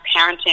parenting